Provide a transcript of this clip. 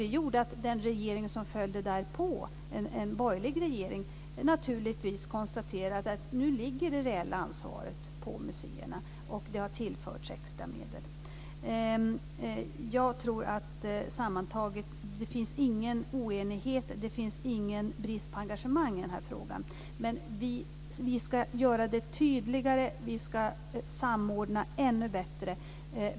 Det gjorde att den regering som följde därpå, en borgerlig regering, naturligtvis konstaterade att det reella ansvaret nu ligger på museerna och det har tillförts extra medel. Sammantaget tror jag inte att det finns någon oenighet, det finns ingen brist på engagemang i den här frågan. Men vi ska ha en tydligare utformning. Vi ska samordna ännu bättre.